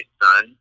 son